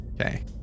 Okay